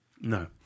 No